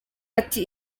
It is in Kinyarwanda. ati